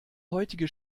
heutige